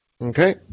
Okay